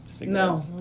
No